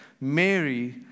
Mary